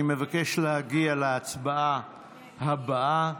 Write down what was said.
אני מבקש להגיע להצבעה הבאה,